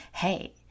Hey